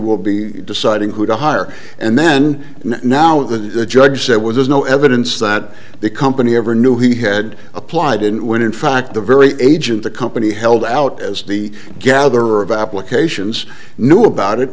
will be deciding who to hire and then now with the judge there was no evidence that the company ever knew he had applied and when in fact the very agent the company held out as the gatherer of applications knew about it